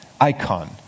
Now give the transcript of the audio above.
icon